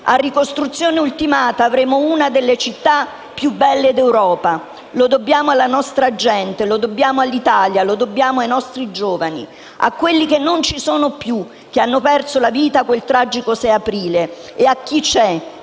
A ricostruzione ultimata avremo una delle città più belle d'Europa. Lo dobbiamo alla nostra gente, lo dobbiamo all'Italia, lo dobbiamo ai nostri giovani, a quelli che non ci sono più, che hanno perso la vita quel tragico 6 aprile e a chi c'è,